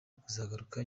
kuzagaruka